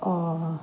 और